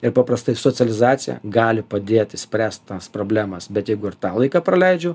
ir paprastai socializacija gali padėti spręst tas problemas bet jeigu ir tą laiką praleidžiau